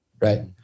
Right